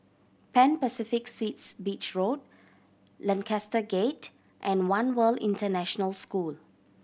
Pan Pacific Suites Beach Road Lancaster Gate and One World International School